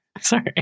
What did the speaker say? Sorry